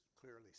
clearly